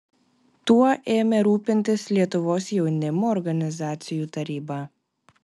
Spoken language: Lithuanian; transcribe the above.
tuo ėmė rūpintis lietuvos jaunimo organizacijų taryba